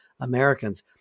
Americans